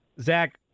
Zach